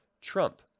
trump